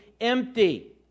empty